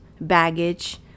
baggage